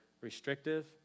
restrictive